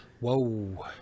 Whoa